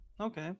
Okay